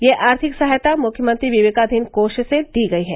यह आर्थिक सहायता मुख्यमंत्री विवेकाधीन कोष से दी गई है